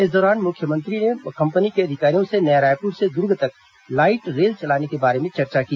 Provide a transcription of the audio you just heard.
इस दौरान मुख्यमंत्री ने कंपनी के अधिकारियों से नया रायपुर से दुर्ग तक लाइट रेल चलाने के बारे में चर्चा की